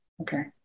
Okay